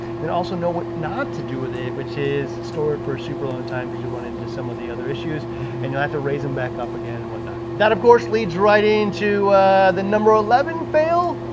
then also know what not to do with it which is store it for a super long time cause you'll run into some of the other issues and you'll have to raise them back up again and whatnot. that of course leads right into the number eleven fail,